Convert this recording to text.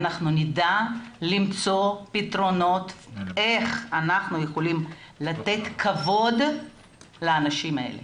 אנחנו נדע למצוא פתרונות איך אנחנו יכולים לתת כבוד לאנשים האלה